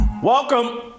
Welcome